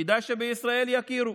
כדאי שבישראל יכירו.